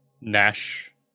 Nash